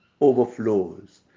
overflows